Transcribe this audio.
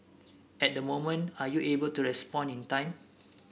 at that moment are you able to respond in time